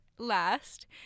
last